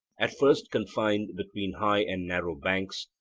at first confined between high and narrow banks,